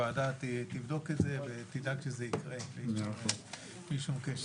הוועדה תבדוק את זה ותדאג שזה יקרה בלי שום קשר.